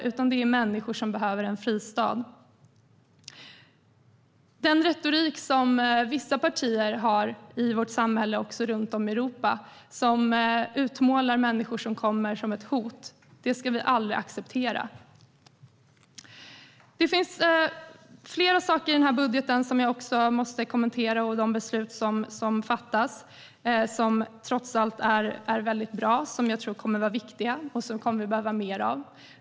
De är människor som behöver en fristad. Den retorik som vissa partier framför i vårt samhälle och runt om i Europa som utmålar människor som ett hot ska vi aldrig acceptera. Det finns flera saker i budgeten som jag måste kommentera. Det gäller de beslut som ska fattas som trots allt är bra, som är viktiga och som vi behöver mer av.